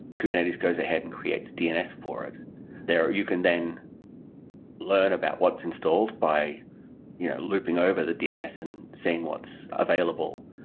kubernetes goes ahead and creates dns for it you can then learn about what's installed by you know looping over the dns and seeing what's available,